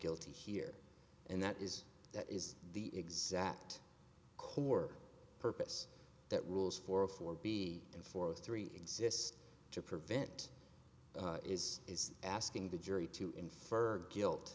guilty here and that is that is the exact core purpose that rules for a for be in for three exist to prevent is is asking the jury to infer guilt